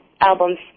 albums